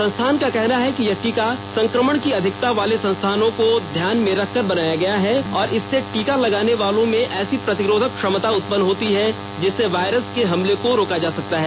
संस्थान का कहना है कि यह टीका संक्रमण की अधिकता वाले स्थानों को ध्यान में रखकर बनाया गया है और इससे टीका लगाने वालों में ऐसी प्रतिरोधक क्षमता उत्पन्न होती है जिससे वायरस के हमले को रोका जा सकता है